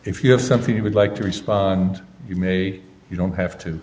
if you have something you would like to respond you may you don't have to